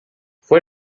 fue